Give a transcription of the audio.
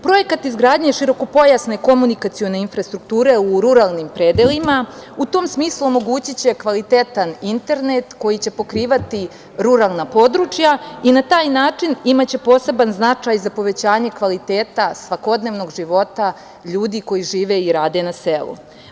Projekat izgradnje širokopojasne komunikacione infrastrukture u ruralnim predelima u tom smislu omogućiće kvalitetan internet koji će pokrivati ruralna područja i na taj način imaće poseban značaj za povećanje kvaliteta svakodnevnog života ljudi koji žive i rade na selu.